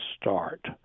start